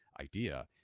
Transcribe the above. idea